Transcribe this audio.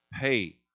pay